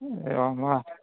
एवं वा